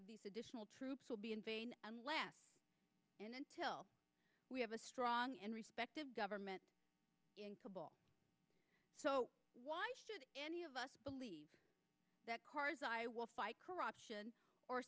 of additional troops will be in vain unless and until we have a strong and respected government so why should any of us believe that karzai will fight corruption or